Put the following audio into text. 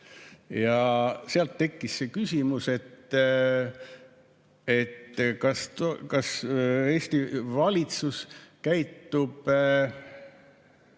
Ja sealt tekkis see küsimus, et kas Eesti valitsus käitub